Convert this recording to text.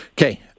Okay